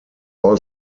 all